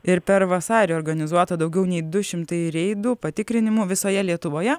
ir per vasarį organizuota daugiau nei du šimtai reidų patikrinimų visoje lietuvoje